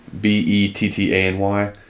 B-E-T-T-A-N-Y